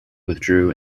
withdrew